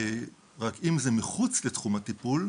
אם זה מחוץ לתחום הטיפול,